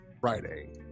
Friday